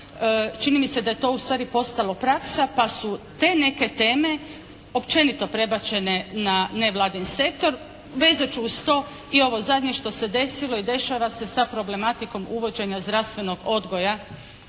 čini mi se da je to ustvari postalo praksa pa su te neke teme općenito prebačene na nevladin sektor. Vezat ću uz to i ovo zadnje što se desilo i dešava se sa problematikom uvođenja zdravstvenog odgoja